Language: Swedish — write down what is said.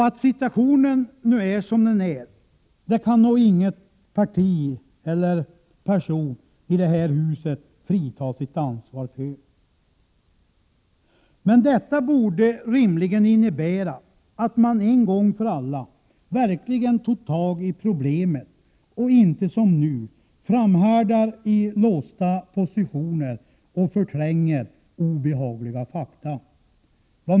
Att situationen nu är som den är kan noginget parti och inte någon person i detta hus frita sig ansvaret för. Detta borde emellertid rimligen innebära att man en gång för alla verkligen tog tag i problemet, och inte som nu framhärdar i låsta positioner och förtränger obehagliga fakta.